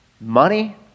Money